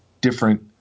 different